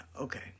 Okay